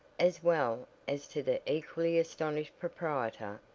as well as to the equally astonished proprietor,